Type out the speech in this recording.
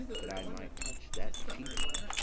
that i might touch that cheek!